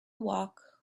walk